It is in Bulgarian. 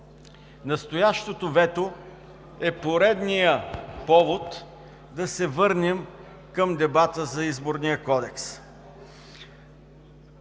Настоящото вето е поредният повод да се върнем към дебата за Изборния кодекс.